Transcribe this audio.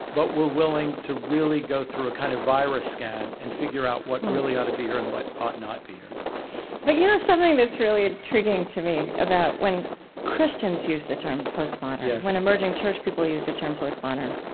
but we're willing to really go through a kind of virus scan and figure out what really ought to be here and what ought not be here but, you know something that's really intriguing to me about when christians use the term postmodern, when emerging church people use the term postmodern,